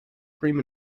cream